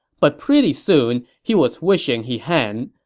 but pretty soon, he was wishing he hadn't,